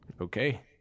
Okay